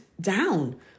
down